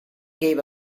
gave